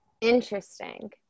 Interesting